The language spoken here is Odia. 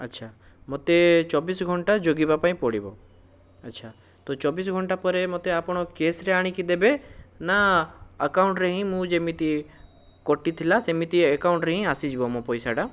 ଆଛା ମୋତେ ଚବିଶ ଘଣ୍ଟା ଜଗିବା ପାଇଁ ପଡ଼ିବ ଆଛା ତୋ ଚବିଶ ଘଣ୍ଟା ପରେ ମୋତେ ଆପଣ କ୍ୟାଶରେ ଆଣିକି ଦେବେ ନା ଆକାଉଣ୍ଟରେ ହିଁ ମୁଁ ଯେମିତି କଟିଥିଲା ସେମିତି ଆକାଉଣ୍ଟରେ ହିଁ ଆସିଯିବ ମୋ ପଇସାଟା